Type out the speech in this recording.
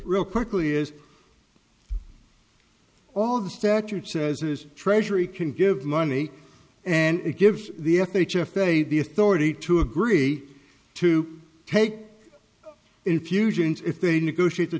real quickly is all the statute says is treasury can give money and it gives the f h a if they the authority to agree to take infusions if they negotiate the